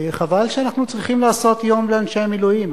חבל שאנחנו צריכים לעשות יום לאנשי המילואים.